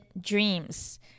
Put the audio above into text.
dreams